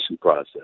process